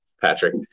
Patrick